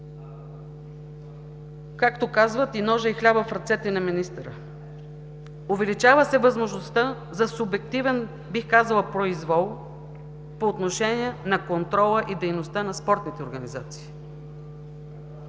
Както казват: и ножът, и хлябът в ръцете на министъра. Увеличава се възможността за субективен, бих казала, произвол по отношение на контрола и дейността на спортните организации.